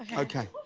ah okay.